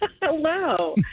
Hello